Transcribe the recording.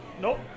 Nope